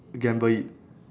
gamble it